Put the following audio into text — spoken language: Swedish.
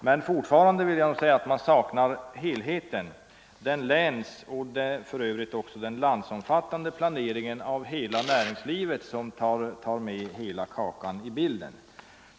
Men fortfarande saknar man helheten — den länsomfattande och för övrigt också den landsomfattande planeringen av hela näringslivet, som tar med hela kakan i bilden.